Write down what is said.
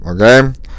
okay